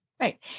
Right